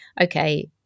okay